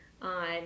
on